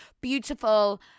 beautiful